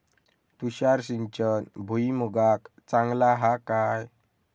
तुषार सिंचन भुईमुगाक चांगला हा काय?